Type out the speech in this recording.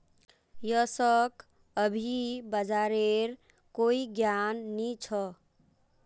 यशक अभी बाजारेर कोई ज्ञान नी छ